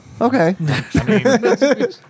Okay